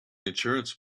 insurance